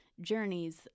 journeys